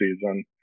season